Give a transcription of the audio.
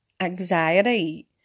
Anxiety